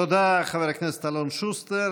תודה, חבר הכנסת אלון שוסטר.